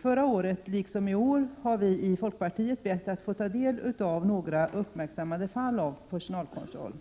Förra året liksom i år har vi i folkpartiet bett att få ta del av några uppmärksammade fall av personalkontroll.